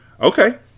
Okay